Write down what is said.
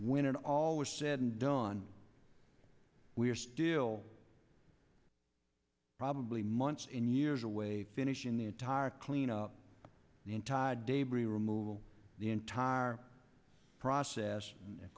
when all was said and done we're still probably months in years away finishing the entire clean up the entire day bri removal the entire process of